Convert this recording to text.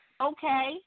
okay